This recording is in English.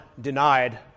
denied